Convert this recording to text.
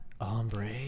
ombre